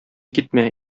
китмә